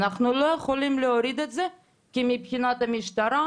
אנחנו לא יכולים להוריד את זה כי מבחינת המשטרה,